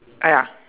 ah ya